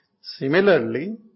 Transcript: Similarly